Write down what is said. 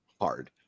hard